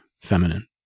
feminine